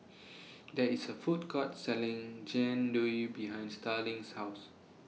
There IS A Food Court Selling Jian Dui behind Starling's House